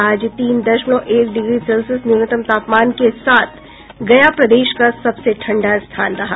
आज तीन दशमलव एक डिग्री सेल्सियस न्यूनतम तापमान के साथ गया प्रदेश का सबसे ठंडा स्थान रहा